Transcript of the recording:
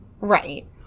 Right